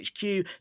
HQ